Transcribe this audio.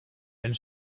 and